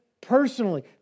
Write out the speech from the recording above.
personally